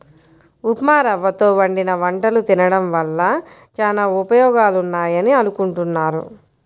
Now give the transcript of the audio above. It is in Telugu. ఉప్మారవ్వతో వండిన వంటలు తినడం వల్ల చానా ఉపయోగాలున్నాయని అనుకుంటున్నారు